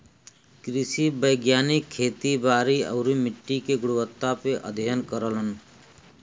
कृषि वैज्ञानिक खेती बारी आउरी मट्टी के गुणवत्ता पे अध्ययन करलन